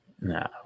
No